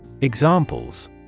examples